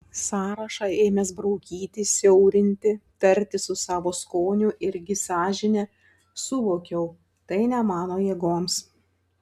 sąrašą ėmęs braukyti siaurinti tartis su savo skoniu irgi sąžine suvokiau tai ne mano jėgoms